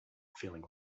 feeling